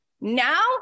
now